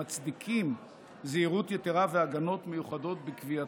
והם מצדיקים זהירות יתרה והגנות מיוחדות בקביעתו.